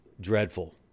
dreadful